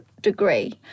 degree